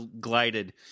glided